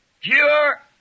Pure